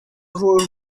rawl